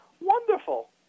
wonderful